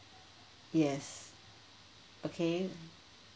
yes okay